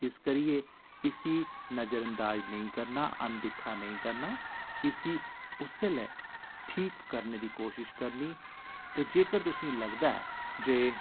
इस करियै इसी नजरअंदाज नेईं करना अनदिक्खा नेईं करना इसी उस्सै ले ठीक करने दी कोशिश करनी ते जेकर तुसेंगी लगदा ऐ जे